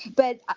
but,